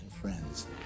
friends